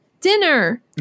dinner